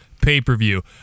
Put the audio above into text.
pay-per-view